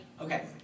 Okay